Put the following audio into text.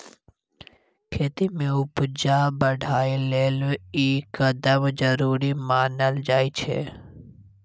खेती में उपजा बढ़ाबइ लेल ई कदम जरूरी मानल जाइ छै